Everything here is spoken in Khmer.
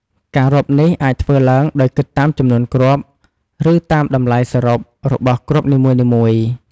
ការរាប់នេះអាចធ្វើឡើងដោយគិតតាមចំនួនគ្រាប់ ឬតាមតម្លៃសរុបរបស់គ្រាប់នីមួយៗ។